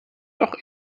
doch